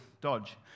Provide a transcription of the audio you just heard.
dodge